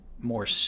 more